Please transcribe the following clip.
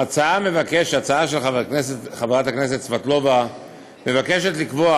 ההצעה של חברת הכנסת סבטלובה מבקשת לקבוע